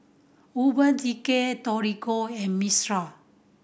Urban Decay Torigo and Mistral